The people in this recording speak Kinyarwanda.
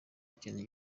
kintu